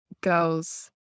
girls